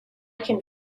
can